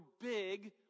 big